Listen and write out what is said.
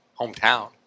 hometown